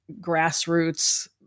grassroots